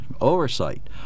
oversight